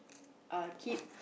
uh keep